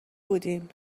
بودیم